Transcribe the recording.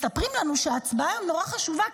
מספרים לנו שההצבעה היום נורא חשובה,